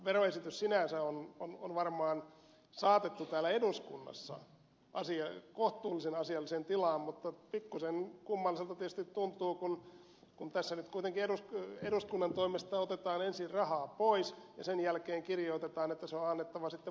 veroesitys sinänsä on varmaan saatettu täällä eduskunnassa kohtuullisen asialliseen tilaan mutta pikkuisen kummalliselta tietysti tuntuu se kun tässä nyt kuitenkin eduskunnan toimesta otetaan ensin rahaa pois ja sen jälkeen kirjoitetaan että se on annettava sitten maaliskuussa takaisin